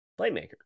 playmaker